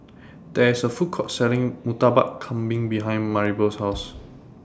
There IS A Food Court Selling Murtabak Kambing behind Maribel's House